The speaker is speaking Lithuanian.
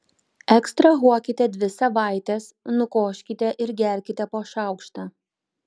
ekstrahuokite dvi savaites nukoškite ir gerkite po šaukštą